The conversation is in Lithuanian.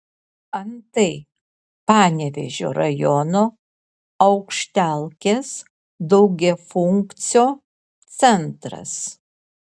antai panevėžio rajono aukštelkės daugiafunkcio centras